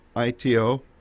ITO